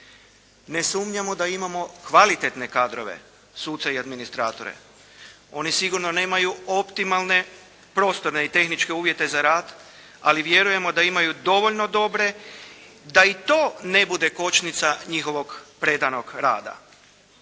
Ne sumnjamo da imamo kvalitetne kadrove, suca i administratore. Oni sigurno nemaju optimalne, prostorne i tehničke uvjete za rad, ali vjerujemo da imamo dovoljno dobre da i to ne bude kočnica njihovog predanog rada.